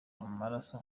amaraso